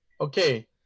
okay